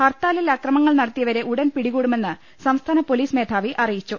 ഹർത്താലിൽ അക്രമങ്ങൾ നടത്തിയവരെ ഉടൻ പിടികൂടുമെന്ന് സംസ്ഥാന പൊലീസ് മേധാവി അറിയിച്ചു